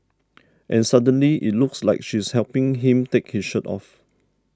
and suddenly it looks like she's helping him take his shirt off